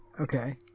Okay